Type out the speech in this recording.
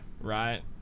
right